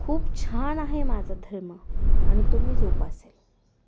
खूप छान आहे माझं धर्म आणि तो मी जोपासेल